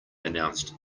announced